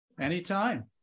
Anytime